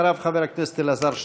אחריו, חבר הכנסת אלעזר שטרן.